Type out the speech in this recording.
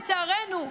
לצערנו,